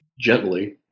gently